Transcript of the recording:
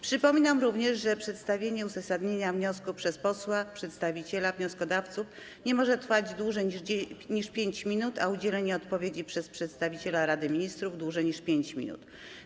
Przypominam również, że przedstawienie uzasadnienia wniosku przez posła przedstawiciela wnioskodawców nie może trwać dłużej niż 5 minut, a udzielenie odpowiedzi przez przedstawiciela Rady Ministrów - dłużej niż 5 minut.